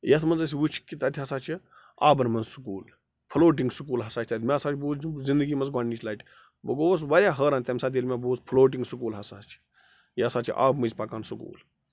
یَتھ منٛز أسہِ وٕچھ کہِ تَتہِ ہسا چھِ آبَن منٛز سکوٗل فٕلوٹِنٛگ سکوٗل ہَسا چھِ تَتہِ مےٚ ہَسا چھِ زِنٛدگی منٛز گۄڈنِچ لَٹہِ بہٕ گوٚوُس واریاہ حٲران تَمہِ ساتہٕ ییٚلہِ مےٚ بوٗز فٕلوٹِنٛگ سکوٗل ہسا چھِ یہِ ہسا چھِ آبہٕ مٔنٛزۍ پَکان سکوٗل